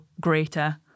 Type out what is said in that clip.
greater